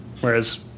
Whereas